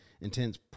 intense